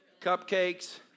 cupcakes